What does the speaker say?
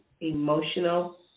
emotional